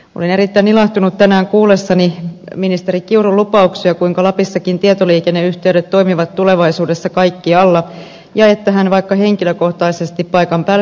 olin erittäin ilahtunut tänään kuullessani ministeri kiurun lupauksia siitä kuinka lapissakin tietoliikenneyhteydet toimivat tulevaisuudessa kaikkialla ja hän vaikka henkilökohtaisesti paikan päälle saapumalla sen varmistaa